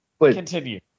Continue